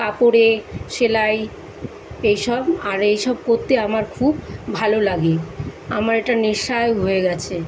কাপড়ে সেলাই এই সব আর এই সব করতে আমার খুব ভালো লাগে আমার এটা নেশাই হয়ে গেছে